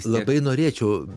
labai norėčiau